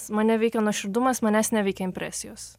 mane veikia nuoširdumas manęs neveikia impresijos